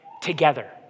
together